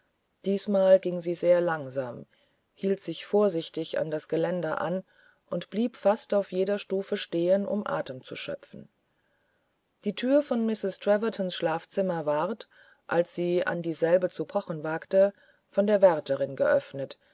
diesmal ging sie sehr langsam hielt sich vorsichtig an das geländeranundbliebfastaufjederstufestehen umatemzuschöpfen die tür von mistreß trevertons schlafzimmer ward als sie an dieselbe zu pochen wagte von der wärterin geöffnet